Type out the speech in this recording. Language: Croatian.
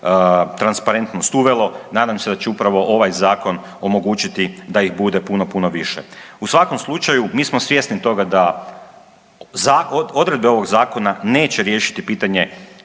transparentnosti uvelo, nadam se da će upravo ovaj zakon omogućiti da ih bude puno, puno više. U svakom slučaju, mi smo svjesni toga da odredbe ovog zakona neće riješiti pitanje